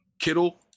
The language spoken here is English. Kittle